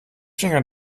finger